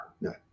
no